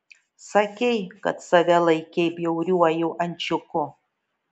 sakei kad save laikei bjauriuoju ančiuku